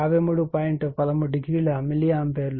13o milli ampere